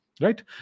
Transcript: right